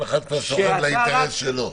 כל אחד כבר צמוד לאינטרס שלו.